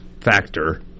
factor